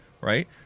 right